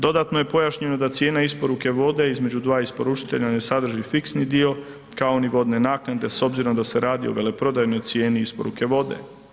Dodatno je pojašnjeno da cijena isporuke vode između dva isporučitelja ne sadrži fiksni dio kao ni vodne naknade s obzirom da se radi o veleprodajnoj cijeni isporuke vode.